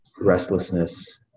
restlessness